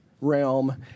realm